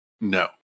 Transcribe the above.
No